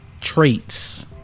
traits